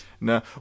No